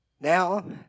Now